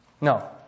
No